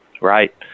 Right